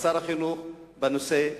בשר החינוך בנושא זה.